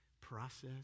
process